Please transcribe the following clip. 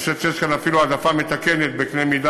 אני חושב שיש כאן אפילו העדפה מתקנת בקנה-מידה,